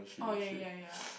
oh yeah yeah yeah